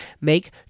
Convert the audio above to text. make